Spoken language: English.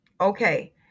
Okay